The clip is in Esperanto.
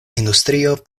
industrio